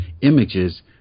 images